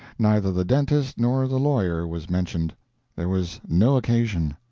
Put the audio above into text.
neither the dentist nor the lawyer was mentioned there was no occasion,